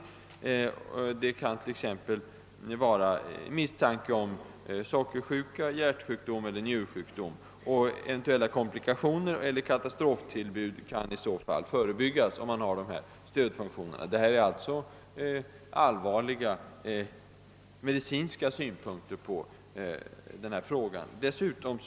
Det kan t.ex. föreligga misstanke om sockersjuka eller hjärteller njursjukdom. Om man då har nämnda stödfunktioner, kan eventuella komplikationer eller katastroftillbud förebyggas. Detta är allvarliga medicinska synpunkter som anläggs på denna fråga.